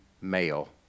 male